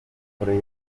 korea